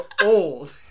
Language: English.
old